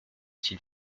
s’il